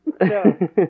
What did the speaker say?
no